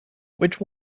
which